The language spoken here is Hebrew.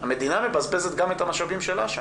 המדינה מבזבזת גם את המשאבים שלה שם.